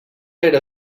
era